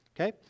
Okay